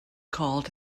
called